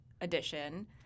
Edition